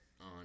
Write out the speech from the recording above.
on